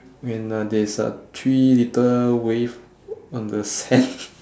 and uh there is uh three little wave on the sand